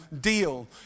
deal